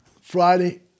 Friday